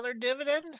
dividend